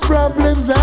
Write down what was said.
Problems